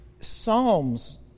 Psalms